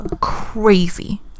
crazy